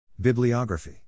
Bibliography